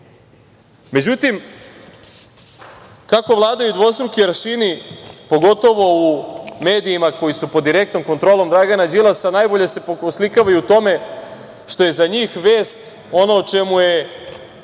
debakl. Kako vladaju dvostruki aršini, pogotovo u medijima koji su pod direktnom kontrolom Dragana Đilasa, najbolje se oslikava i u tome što je za njih vest ono o čemu je